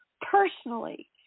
personally